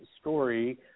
story